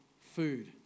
food